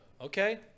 Okay